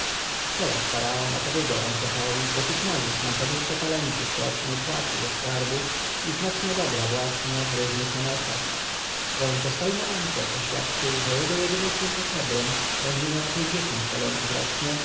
faraon opowiedział antefowi że tutmozis ma dwadzieścia talentów rocznej płacy ze skarbu i znaczne dobra własne w różnych nomesach zaś dostojny antef oświadczył że jego jedyna córka hebron będzie miała pięćdziesiąt talentów rocznie